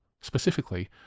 specifically